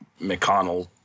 McConnell –